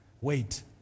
Wait